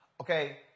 okay